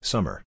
Summer